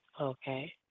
Okay